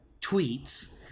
tweets